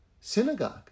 synagogue